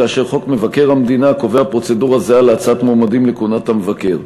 וחוק מבקר המדינה קובע פרוצדורה זהה להצעת מועמדים לכהונת המבקר.